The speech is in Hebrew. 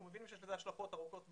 מבינים שיש לזה השלכות ארוכות טווח